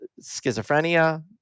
schizophrenia